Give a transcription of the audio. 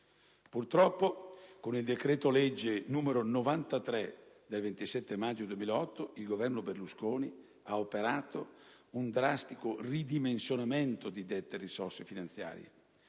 Purtroppo, con il decreto-legge n. 93 del 27 maggio 2008 il Governo Berlusconi ha operato un drastico ridimensionamento dì dette risorse finanziarie,